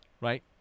Right